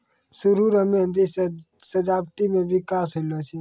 सरु रो मेंहदी से सजावटी मे बिकास होलो छै